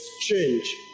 change